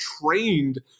trained